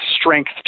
strength